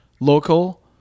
local